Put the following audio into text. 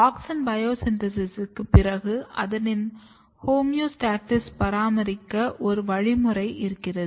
auxin bio சின்தேசிஸ்ஸுக்கு பிறகு அதனின் ஹோமியோஸ்டாஸிஸை பராமரிக்க ஒரு வழிமுறை உள்ளது